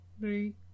three